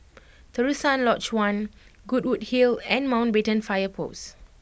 Terusan Lodge One Goodwood Hill and Mountbatten Fire Post